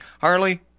Harley